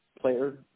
player